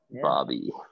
Bobby